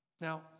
Now